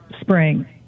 spring